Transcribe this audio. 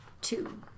Two